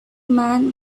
man